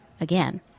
Again